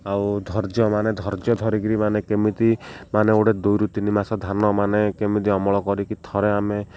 ଆଉ ଧୈର୍ଯ୍ୟ ମାନେ ଧୈର୍ଯ୍ୟ ଧରିକିରି ମାନେ କେମିତି ମାନେ ଗୋଟେ ଦୁଇରୁ ତିନି ମାସ ଧାନ ମାନେ କେମିତି ଅମଳ କରିକି ଥରେ ଆମେ